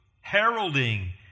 heralding